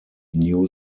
new